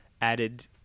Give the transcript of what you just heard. added